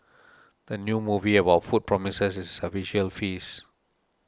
the new movie about food promises a visual feast